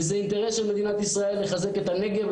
וזה אינטרס של מדינת ישראל לחזק את הנגב,